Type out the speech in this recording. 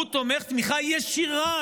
הוא תומך תמיכה ישירה,